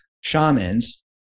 shamans